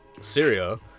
Syria